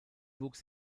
wuchs